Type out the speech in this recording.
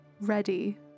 ready